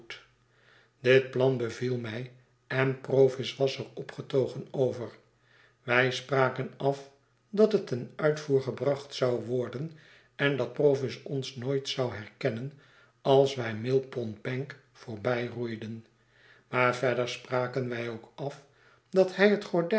dit plan beviel mij en provis was er opgetogen over wij spraken af dat het ten uitvoer gebracht zou worden en dat provis ons nooit zou herkennen als wij mill pond bank voorbijroeiden maar verder spraken wij ook af dat hij het gordijn